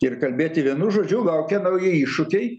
ir kalbėti vienu žodžiu laukia nauji iššūkiai